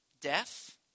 Death